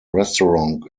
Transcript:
restaurant